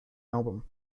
album